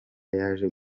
yaje